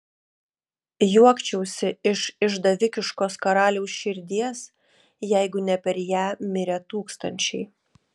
juokčiausi iš išdavikiškos karaliaus širdies jeigu ne per ją mirę tūkstančiai